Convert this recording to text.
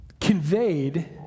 conveyed